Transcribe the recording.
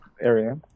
area